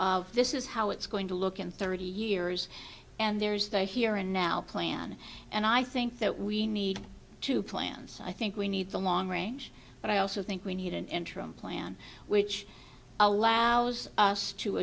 plan this is how it's going to look in thirty years and there's the here and now plan and i think that we need to plan so i think we need the long range but i also think we need an interim plan which allows us to